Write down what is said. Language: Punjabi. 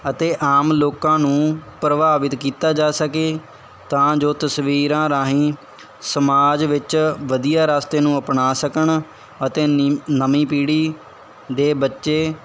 ਅਤੇ ਆਮ ਲੋਕਾਂ ਨੂੰ ਪ੍ਰਭਾਵਿਤ ਕੀਤਾ ਜਾ ਸਕੇ ਤਾਂ ਜੋ ਤਸਵੀਰਾਂ ਰਾਹੀਂ ਸਮਾਜ ਵਿੱਚ ਵਧੀਆ ਰਸਤੇ ਨੂੰ ਅਪਣਾ ਸਕਣ ਅਤੇ ਨੀ ਨਵੀਂ ਪੀੜ੍ਹੀ ਦੇ ਬੱਚੇ